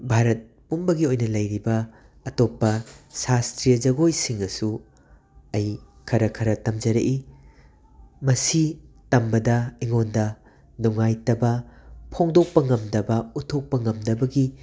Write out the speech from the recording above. ꯚꯥꯔꯠ ꯄꯨꯝꯕꯒꯤ ꯑꯣꯏꯅ ꯂꯩꯔꯤꯕ ꯑꯇꯣꯞꯄ ꯁꯥꯁꯇ꯭ꯔꯤꯌꯥ ꯖꯒꯣꯏꯁꯤꯡꯒꯁꯨ ꯑꯩ ꯈꯔ ꯈꯔ ꯇꯝꯖꯔꯛꯏ ꯃꯁꯤ ꯇꯝꯕꯗ ꯑꯩꯉꯣꯟꯗ ꯅꯨꯡꯉꯥꯏꯇꯕ ꯐꯣꯡꯗꯣꯛꯄ ꯉꯝꯗꯕ ꯎꯠꯊꯣꯛꯄ ꯉꯝꯗꯕꯒꯤ